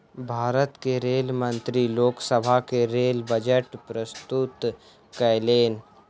भारत के रेल मंत्री लोक सभा में रेल बजट प्रस्तुत कयलैन